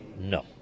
No